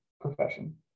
profession